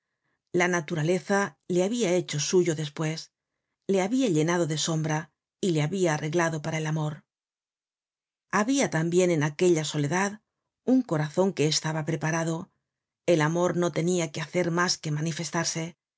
la naturaleza le habia hecho suyo despues le habia llenado de sombra y le habia arreglado para el amor habia tambien en aquella soledad un corazon que estaba preparado el amor no tenia que hacer mas que manifestarse